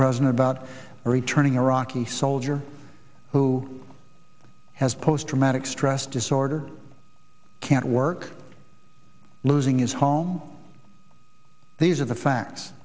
president about returning iraqi soldier who has post traumatic stress disorder can't work losing his home these are the facts